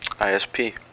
ISP